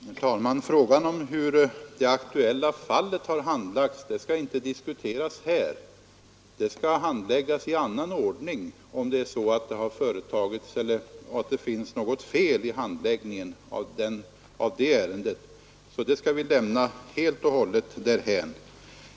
Herr talman! Frågan om hur det aktuella fallet har handlagts skall inte diskuteras här. Det skall bedömas i annan ordning om något fel har gjorts i handläggningen av det ärendet, så det skall vi lämna helt och hållet därhän.